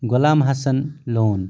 غۄلام Hassan لون